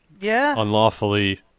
unlawfully